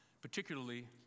particularly